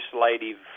legislative